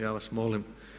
Ja vas molim!